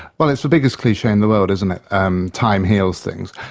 well, it's the biggest cliche in the world, isn't it, um time heals things.